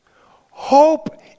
Hope